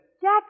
Jack